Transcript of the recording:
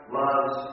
loves